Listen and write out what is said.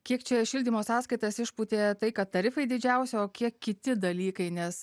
kiek čia šildymo sąskaitas išpūtė tai kad tarifai didžiausi o kiek kiti dalykai nes